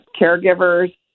caregivers